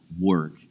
work